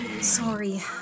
Sorry